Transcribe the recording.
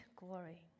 glory